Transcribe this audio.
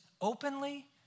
openly